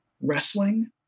wrestling